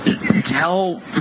tell